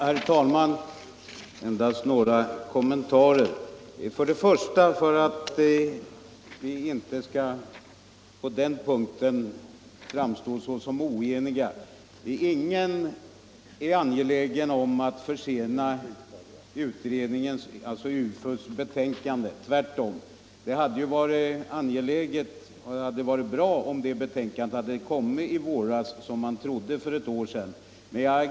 Herr talman! Endast några kommentarer. För att vi inte skall framstå såsom oeniga på den punkten vill jag säga att ingen är angelägen att försena UFU:s betänkande. Tvärtom. Det hade varit bra om det betänkandet hade framlagts i våras, som man för ett år sedan trodde skulle ske.